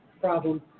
problem